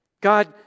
God